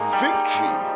victory